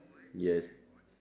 yes